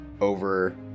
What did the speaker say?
over